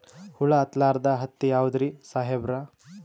ಹುಳ ಹತ್ತಲಾರ್ದ ಹತ್ತಿ ಯಾವುದ್ರಿ ಸಾಹೇಬರ?